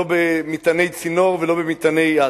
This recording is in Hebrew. לא במטעני צינור ולא במטעני יד.